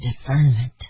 discernment